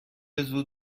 زود